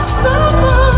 summer